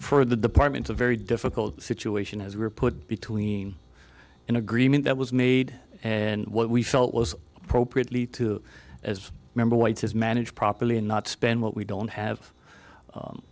for the department of very difficult situation as we were put between an agreement that was made and what we felt was appropriately to as member whites as managed properly and not spend what we don't have